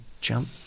jump